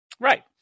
Right